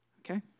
okay